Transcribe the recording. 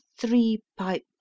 three-pipe